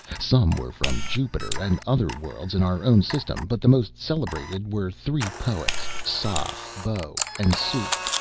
some were from jupiter and other worlds in our own system, but the most celebrated were three poets, saa, bo and soof,